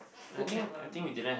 good memory